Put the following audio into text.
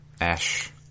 Ash